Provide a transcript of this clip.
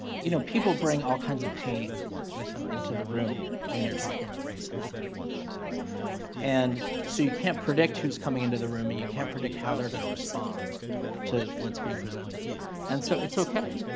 you know people bring all kinds of pain with them into the room when you're talking about race in and american context and so you can't predict who's who's coming into the room and you can't predict how they're gonna respond to what's being presented and so it's okay,